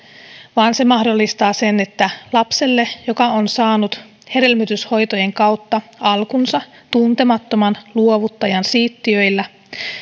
vaan se mahdollistaa sen että lapselle joka on saanut hedelmöityshoitojen kautta alkunsa tuntemattoman luovuttajan siittiöillä